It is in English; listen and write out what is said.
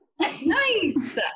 nice